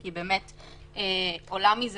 כי עולה מזה